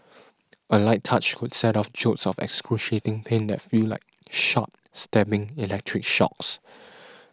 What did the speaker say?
a light touch could set off jolts of excruciating pain that feel like sharp stabbing electric shocks